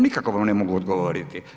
Nikako vam ne mogu odgovoriti.